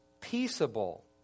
peaceable